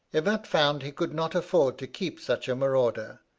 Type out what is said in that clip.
evatt found he could not afford to keep such a marauder,